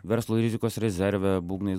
verslo rizikos rezerve būgnais